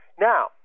now